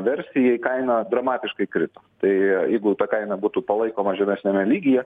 versijai kaina dramatiškai krito tai jeigu ta kaina būtų palaikoma žemesniame lygyje